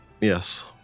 Yes